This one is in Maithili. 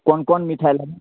कोन कोन मिठाइ लेबै